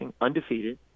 undefeated